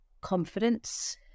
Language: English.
confidence